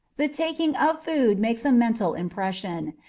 the taking of food makes a mental impression,